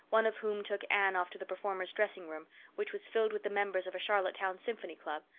one of whom took anne off to the performers' dressing room which was filled with the members of a charlottetown symphony club,